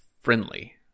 friendly